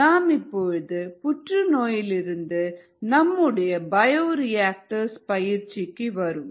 நாம் இப்பொழுது புற்றுநோயிலிருந்து நம்முடைய பயோரிஆக்டர்ஸ் பயிற்சிக்கு வருவோம்